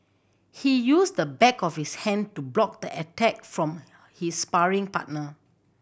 he used the back of his hand to block the attack from his sparring partner